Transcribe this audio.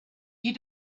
you